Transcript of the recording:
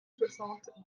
soixante